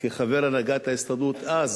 כחבר הנהגת ההסתדרות אז